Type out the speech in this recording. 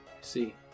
See